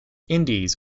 indies